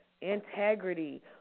integrity